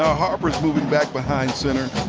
ah harper's moving back behind center.